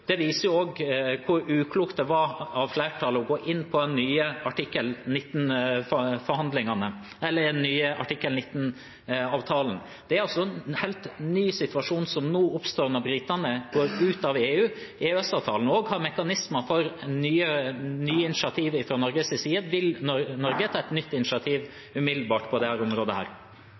viser også hvor uklokt det var av flertallet å gå inn på den nye artikkel 19-avtalen. Det er en helt ny situasjon som oppstår når britene går ut av EU. EØS-avtalen har også mekanismer for nye initiativ fra Norges side. Vil Norge umiddelbart ta et nytt initiativ på dette området? Som jeg har svart i to omganger, er svaret på det